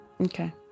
okay